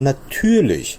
natürlich